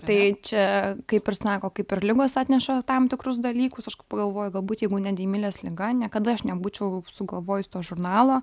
tai čia kaip ir sako kaip ir ligos atneša tam tikrus dalykus aš kai pagalvoju galbūt jeigu ne deimilės liga niekada aš nebūčiau sugalvojus to žurnalo